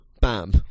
Bam